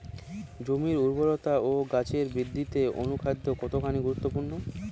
জমির উর্বরতা ও গাছের বৃদ্ধিতে অনুখাদ্য কতখানি গুরুত্বপূর্ণ?